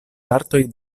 partoj